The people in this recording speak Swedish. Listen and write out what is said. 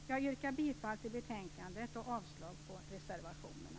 Jag yrkar bifall till hemställan i betänkandet och avslag på reservationerna.